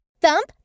Thump